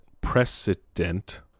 precedent